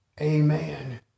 Amen